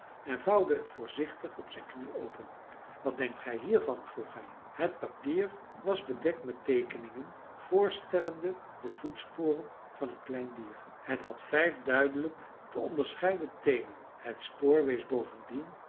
en vouwde het voorzichtig op zijn knie open wat denkt gij hiervan vroeg hij het papier was bedekt met teekeningen voorstellende de voetsporen van een klein dier het had vijf duidelijk te onderscheiden teenen het spoor wees bovendien